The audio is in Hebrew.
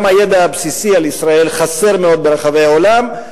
גם הידע הבסיסי על ישראל חסר מאוד ברחבי העולם,